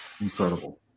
Incredible